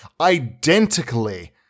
identically